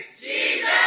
Jesus